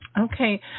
Okay